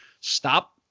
stop